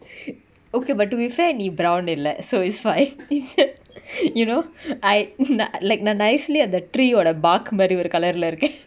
okay but to be fair நீ:nee brown இல்ல:illa so is fine is that you know I நா:na like நா:na nicely அந்த:antha tree யோட:yoda bark மாரி ஒரு:mari oru colour lah இருக்க:iruka